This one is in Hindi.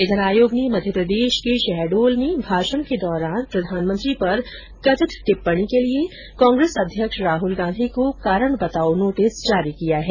उधर आयोग ने मध्य प्रदेश में शहडोल में भाषण के दौरान प्रधानमंत्री पर कथित टिप्पणी के लिए कांग्रेस अध्यक्ष राहुल गांधी को कारण बताओ नोटिस जारी किया है